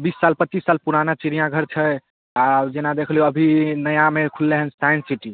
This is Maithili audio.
बीस साल पच्चीस साल पुराना चिड़ियाँघर छै आ जेना देख लियौ अभी नया मे खुललै हन साइन्स सिटी